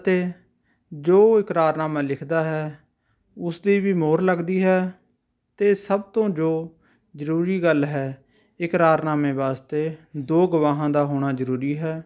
ਅਤੇ ਜੋ ਇਕਰਾਰਨਾਮਾ ਲਿਖਦਾ ਹੈ ਉਸਦੀ ਵੀ ਮੋਹਰ ਲੱਗਦੀ ਹੈ ਅਤੇ ਸਭ ਤੋਂ ਜੋ ਜ਼ਰੂਰੀ ਗੱਲ ਹੈ ਇਕਰਾਰਨਾਮੇ ਵਾਸਤੇ ਦੋ ਗਵਾਹਾਂ ਦਾ ਹੋਣਾ ਜ਼ਰੂਰੀ ਹੈ